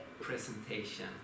presentation